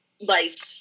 life